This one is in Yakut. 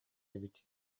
эбит